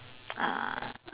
uh